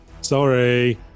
Sorry